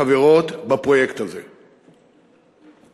חברות בפרויקט הזה,